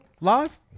live